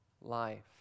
life